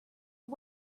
are